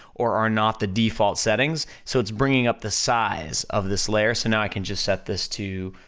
or are not the default settings, so it's bringing up the size of this layer, so now i can just set this to,